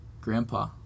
Grandpa